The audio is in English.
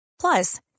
Plus